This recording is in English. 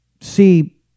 see